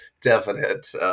definite